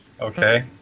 okay